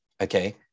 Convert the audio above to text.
Okay